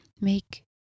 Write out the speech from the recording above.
make